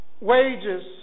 wages